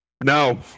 no